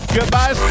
Goodbye